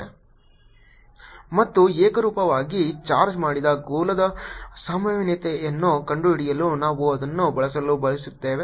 VrRσ0r≤R ಮತ್ತು ಏಕರೂಪವಾಗಿ ಚಾರ್ಜ್ ಮಾಡಿದ ಗೋಳದ ಸಂಭಾವ್ಯತೆಯನ್ನು ಕಂಡುಹಿಡಿಯಲು ನಾವು ಅದನ್ನು ಬಳಸಲು ಬಯಸುತ್ತೇವೆ